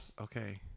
okay